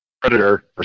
predator